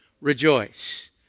rejoice